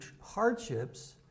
hardships